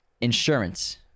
Insurance